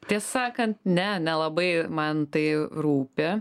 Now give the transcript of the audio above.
tiesą sakant ne nelabai man tai rūpi